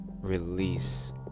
release